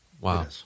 Wow